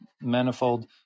manifold